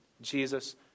Jesus